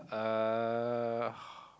uh